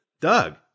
Doug